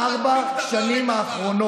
הוא עוד לא הושבע וכבר אתם רוצים לסבך את ישראל?